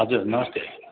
हजुर नमस्ते